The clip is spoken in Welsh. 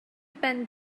ben